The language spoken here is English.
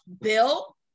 bill